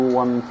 one